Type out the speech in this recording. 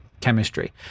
chemistry